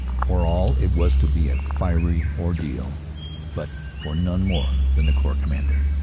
for all it was to be a fiery ordeal but for none more than the corps commander.